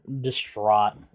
Distraught